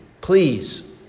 please